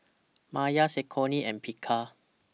Mayer Saucony and Picard